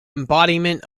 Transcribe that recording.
embodiment